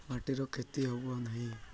ମାଟିର କ୍ଷତି ହେବ ନାହିଁ